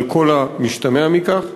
על כל המשתמע מכך?